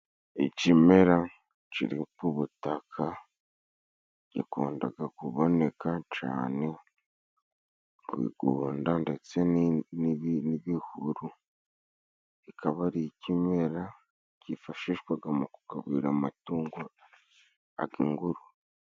Icimera ciri k'ubutaka gikundaga kuboneka cane ku bigunda ndetse n'ibihuru; bikaba ari ikimera kifashishwaga mu kugaburira amatungo agingurube.